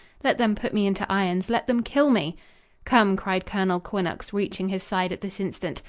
let them put me into irons let them kill me come! cried colonel quinnox, reaching his side at this instant.